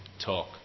talk